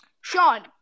Sean